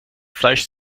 fleisch